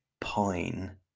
pine